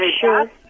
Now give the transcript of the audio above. sure